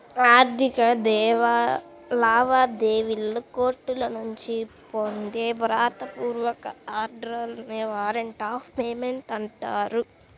ఆర్థిక లావాదేవీలలో కోర్టుల నుంచి పొందే వ్రాత పూర్వక ఆర్డర్ నే వారెంట్ ఆఫ్ పేమెంట్ అంటారు